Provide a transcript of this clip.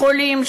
חולים,